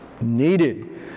needed